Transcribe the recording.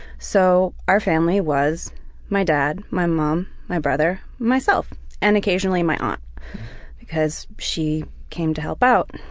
so our family was my dad, my mom, my brother, myself and occasionally my aunt because she came to help out.